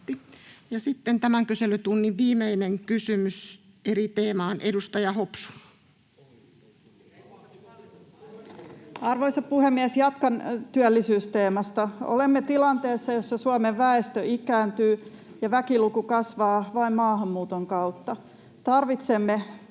Sitten tämän kyselytunnin viimeinen kysymys eri teemasta. — Edustaja Hopsu. Arvoisa puhemies! Jatkan työllisyysteemasta. Olemme tilanteessa, jossa Suomen väestö ikääntyy ja väkiluku kasvaa vain maahanmuuton kautta. Tarvitsemme